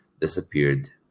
disappeared